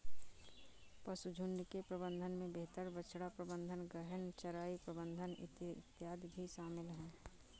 पशुझुण्ड के प्रबंधन में बेहतर बछड़ा प्रबंधन, गहन चराई प्रबंधन इत्यादि भी शामिल है